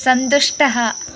सन्तुष्टः